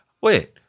wait